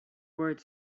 word